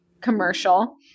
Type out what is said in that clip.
commercial